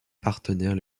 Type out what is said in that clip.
partenaires